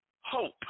HOPE